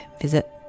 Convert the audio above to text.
visit